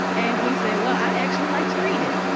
and he said, well, i'd actually like to read it.